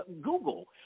Google